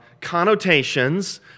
connotations